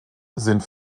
sind